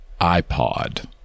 iPod